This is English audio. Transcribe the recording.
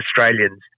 Australians